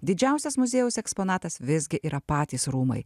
didžiausias muziejaus eksponatas visgi yra patys rūmai